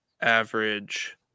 average